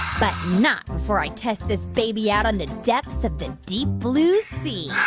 but not before i test this baby out on the depths of the deep blue sea